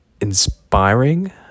inspiring